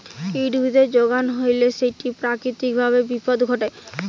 weed উদ্ভিদের যোগান হইলে সেটি প্রাকৃতিক ভাবে বিপদ ঘটায়